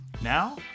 Now